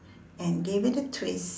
and give it a twist